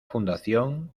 fundación